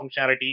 functionality